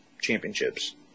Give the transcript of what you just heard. championships